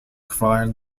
kvar